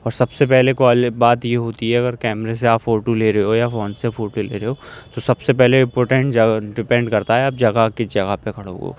اور سب سے پہلے بات یہ ہوتی ہے اگر کیمرے سے آپ فوٹو لے رہے ہو یا فون سے فوٹو لے رہے ہو تو سب سے پہلے ڈپینڈ کرتا ہے آپ جگہ کس جگہ پہ کھڑے ہوئے ہو